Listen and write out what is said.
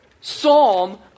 psalm